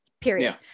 period